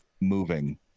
moving